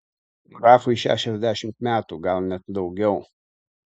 grafui šešiasdešimt metų gal net daugiau